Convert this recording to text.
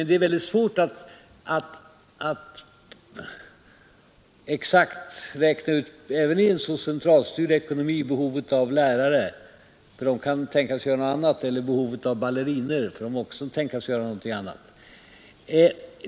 Det är väldigt svårt att även i en så centralstyrd ekonomi exakt räkna ut behovet av lärare, för de kan tänkas göra något annat, eller behovet av ballerinor, för de kan också tänkas göra något annat.